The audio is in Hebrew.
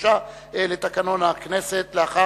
153 לתקנון הכנסת: הוספת סעיפים 35 43,